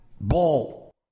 ball